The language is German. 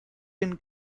den